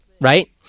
right